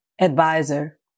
advisor